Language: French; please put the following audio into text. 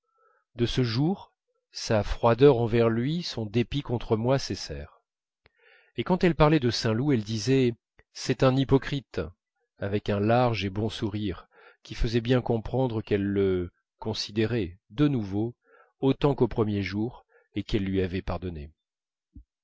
de ce jour sa froideur envers lui son dépit contre moi cessèrent et quand elle parlait de saint loup elle disait c'est un hypocrite avec un large et bon sourire qui faisait bien comprendre qu'elle le considérait de nouveau autant qu'au premier jour et qu'elle lui avait pardonné